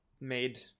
made